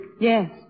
Yes